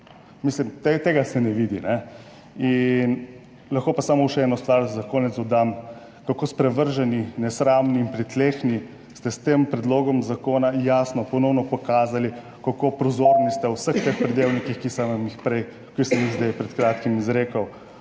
Mislim, da se tega ne vidi. Lahko pa za konec dodam samo še eno stvar, kako sprevrženi, nesramni in pritlehni ste s tem predlogom zakona, jasno, ponovno ste pokazali, kako prozorni ste v vseh teh pridevnikih, ki sem jih pred kratkim izrekel.